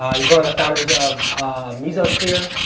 he's one of the founders of mesosphere,